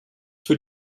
für